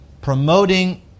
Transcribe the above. Promoting